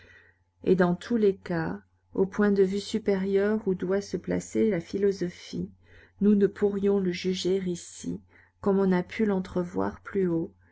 et dans tous les cas au point de vue supérieur où doit se placer la philosophie nous ne pourrions le juger ici comme on a pu l'entrevoir plus haut